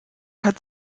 hat